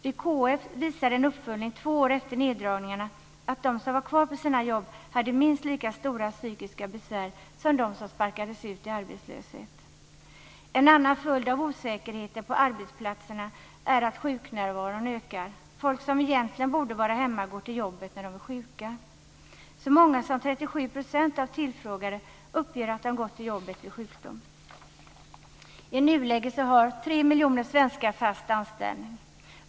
Vid KF visar en uppföljning två år efter gjorda nedddragningar att de som var kvar på sina jobb hade minst lika stora psykiska besvär som de som sparkades ut i arbetslöshet. En annan följd av osäkerheten på arbetsplatserna är att sjuknärvaron ökar - de som egentligen borde vara hemma går till jobbet när de är sjuka. Så mycket som 37 % av de tillfrågade uppger sig ha gått till jobbet vid sjukdom. I nuläget har 3 miljoner svenskar fast anställning.